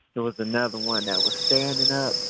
there was another one that was standing up